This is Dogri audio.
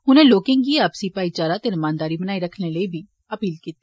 उनें लोकें गी आपसी भाईचारा ते रमानदारी बनाई रक्खने दी अपील कीती